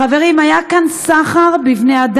חברים, היה כאן סחר בבני-אדם,